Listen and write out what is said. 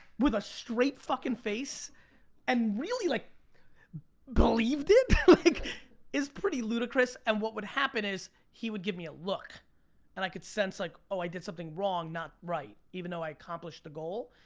with a straight fucking face and really like believed it is pretty ludicrous and what would happen is he would give me a look and i could sense like oh i did something wrong, not right even though i accomplished the goal.